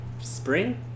spring